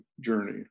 journey